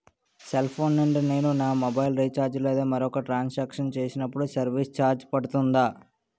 Cell phone నుండి నేను నా మొబైల్ రీఛార్జ్ లేదా మరొక ట్రాన్ సాంక్షన్ చేసినప్పుడు సర్విస్ ఛార్జ్ పడుతుందా?